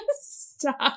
Stop